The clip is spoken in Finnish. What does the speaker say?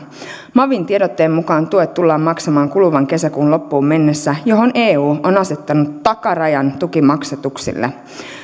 mavin tiedotteen mukaan tuet tullaan maksamaan kuluvan kesäkuun loppuun mennessä johon eu on asettanut takarajan tukimaksatuksille